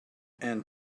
and